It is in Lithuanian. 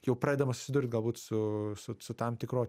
jau pradedama susisdurt galbūt su su su tam tikro